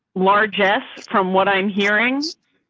largest from what i'm hearing.